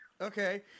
Okay